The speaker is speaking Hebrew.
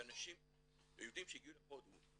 שהיהודים שהגיעו להודו,